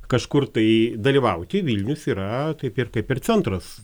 kažkur tai dalyvauti vilnius yra kaip ir kaip ir centras